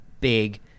big